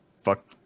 Fuck